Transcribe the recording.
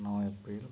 ন April